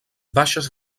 baixes